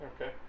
Okay